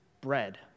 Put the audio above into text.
bread